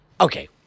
okay